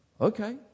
okay